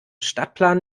stadtplan